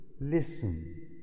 listen